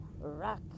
rock